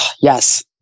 yes